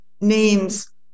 names